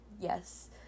yes